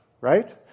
right